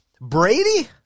Brady